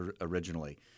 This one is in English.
originally